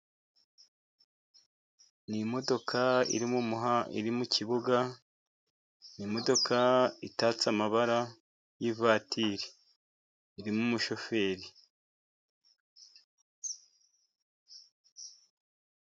Imodoka iri mu kibuga. Ni imodoka itatse amabara y'ivatiri. Irimo umushoferi.